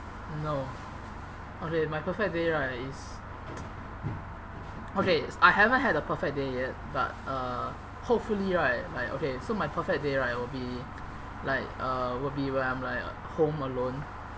no okay my perfect day right is okay s~ I haven't have a perfect day yet but uh hopefully right like okay so my perfect day right will be like uh will be when I'm like home alone